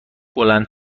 بلند